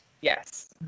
Yes